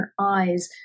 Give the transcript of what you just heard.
eyes